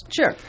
Sure